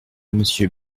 monsieur